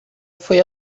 foi